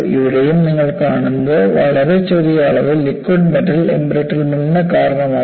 ഇവിടെയും നിങ്ങൾ കാണുന്നത് വളരെ ചെറിയ അളവിൽ ലിക്വിഡ് മെറ്റൽ എംബ്രിറ്റ്മെന്റ് ന് കാരണമാകും